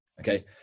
Okay